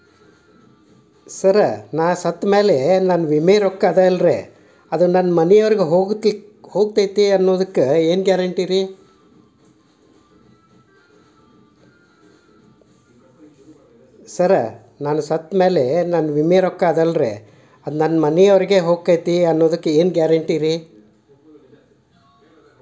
Sir ನಾನು ಸತ್ತಮೇಲೆ ನನ್ನ ವಿಮೆ ರೊಕ್ಕಾ ನನ್ನ ಮನೆಯವರಿಗಿ ಹೋಗುತ್ತಾ ಅನ್ನೊದಕ್ಕೆ ಏನ್ ಗ್ಯಾರಂಟಿ ರೇ?